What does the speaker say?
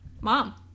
Mom